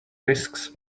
risks